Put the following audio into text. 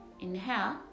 inhale